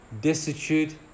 destitute